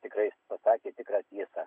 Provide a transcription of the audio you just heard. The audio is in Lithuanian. tikrai pasakė tikrą tiesą